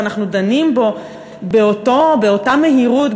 ואנחנו דנים באותה מהירות,